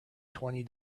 twenty